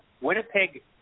Winnipeg